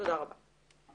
תודה רבה לכולם,